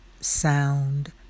sound